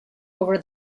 over